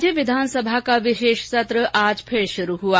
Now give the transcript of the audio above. राज्य विधानसभा का विशेष सत्र आज से शुरू हुआ